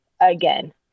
again